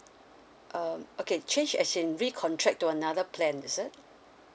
um okay change as in recontract to another plan is it